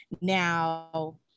Now